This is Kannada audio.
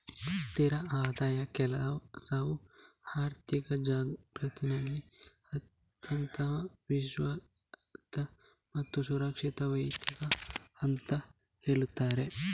ಸ್ಥಿರ ಆದಾಯದ ಕೆಲಸವು ಆರ್ಥಿಕ ಜಗತ್ತಿನಲ್ಲಿ ಅತ್ಯಂತ ವಿಶ್ವಾಸಾರ್ಹ ಮತ್ತು ಸುರಕ್ಷಿತ ವೃತ್ತಿ ಅಂತ ಹೇಳ್ತಾರೆ